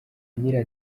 agira